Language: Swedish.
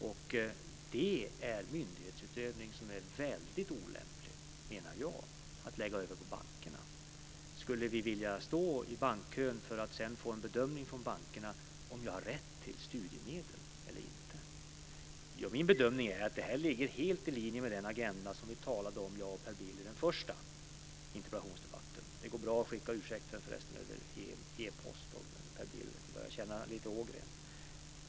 Det är en myndighetsutövning som det, menar jag, är väldigt olämpligt att lägga över på bankerna. Skulle vi vilja stå i bankkön för att sedan få en bankbedömning av om vi har rätt till studiemedel eller inte? Min bedömning är att det här ligger helt i linje med den agenda som jag och Per Bill talade om i vår första interpellationsdebatt i dag - det går förresten bra att skicka en ursäkt via e-post om Per Bill börjar känna lite "ågren".